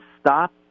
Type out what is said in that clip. stop